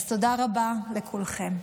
אז תודה רבה לכולכם.